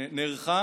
נערכה